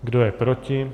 Kdo je proti?